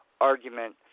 argument